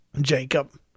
Jacob